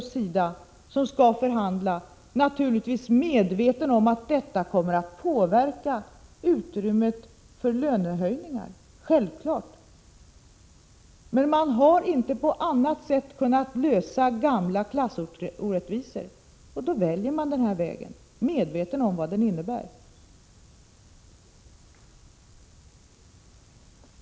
Inom LO, som skall förhandla, är man naturligtvis medveten om att detta kommer att påverka utrymmet för lönehöjningar. Självfallet är det så, men man har inte på annat sätt kunnat avskaffa gamla klassorättvisor, och då väljer man denna väg, medveten om vad den innebär.